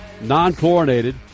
Non-chlorinated